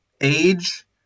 age